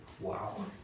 Wow